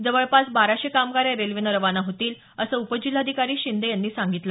जवळपास बाराशे कामगार या रेल्वेनं रवाना होतील असं उपजिल्हाधिकारी शिंदे यांनी सांगितलं